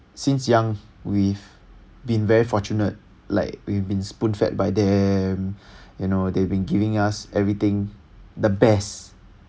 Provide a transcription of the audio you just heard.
since young we've been very fortunate like we being spoon fed by them you know they've been giving us everything the best